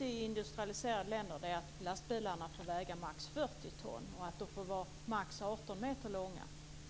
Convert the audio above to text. i industrialiserade länder är att lastbilarna får väga max 40 ton och att de får vara max 18 meter långa.